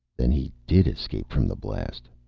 then he did escape from the blast,